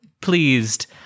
pleased